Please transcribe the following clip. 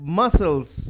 muscles